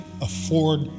afford